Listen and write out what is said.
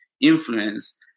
influence